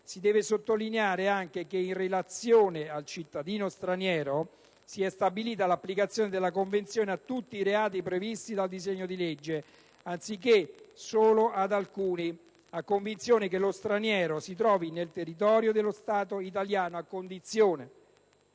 si deve sottolineare anche che, in relazione al cittadino straniero, si è stabilita l'applicazione della Convenzione a tutti i reati previsti dal disegno di legge, anziché solo ad alcuni, a condizione che lo straniero si trovi nel territorio dello Stato italiano. Come